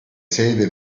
sede